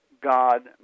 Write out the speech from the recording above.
God